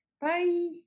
Bye